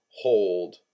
hold